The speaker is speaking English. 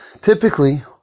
typically